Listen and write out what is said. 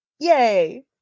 Yay